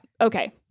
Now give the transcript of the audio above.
Okay